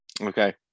Okay